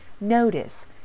notice